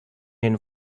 den